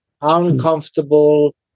uncomfortable